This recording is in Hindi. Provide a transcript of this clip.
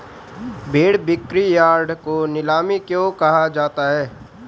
भेड़ बिक्रीयार्ड को नीलामी क्यों कहा जाता है?